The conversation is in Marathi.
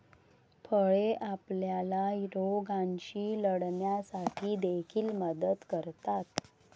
फळे आपल्याला रोगांशी लढण्यासाठी देखील मदत करतात